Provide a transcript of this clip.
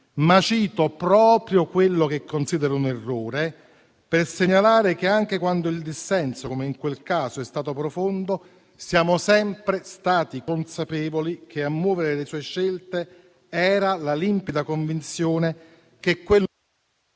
Ma cito proprio quello che considero un errore per segnalare che, anche quando il dissenso - come in quel caso - è stato profondo, siamo sempre stati consapevoli che a muovere le sue scelte era la limpida convinzione che quello fosse l'interesse del